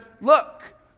look